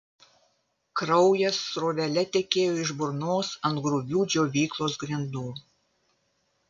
kraujas srovele tekėjo iš burnos ant grubių džiovyklos grindų